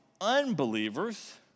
unbelievers